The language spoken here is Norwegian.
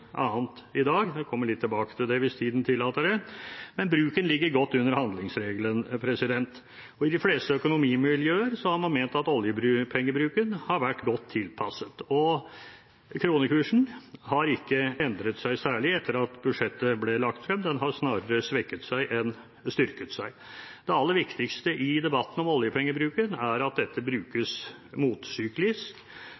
annet i dag, og jeg kommer litt tilbake til det, hvis tiden tillater det. Men bruken ligger godt under handlingsregelen, og i de fleste økonomimiljøer har man ment at oljepengebruken har vært godt tilpasset. Og kronekursen har ikke endret seg særlig etter at budsjettet ble lagt frem; den har snarere svekket seg enn styrket seg. Det aller viktigste i debatten om oljepengebruken er at den brukes motsyklisk